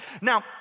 Now